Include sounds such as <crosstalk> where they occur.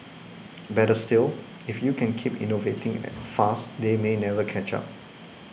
better still if you can keep innovating <noise> fast they may never catch up